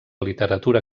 literatura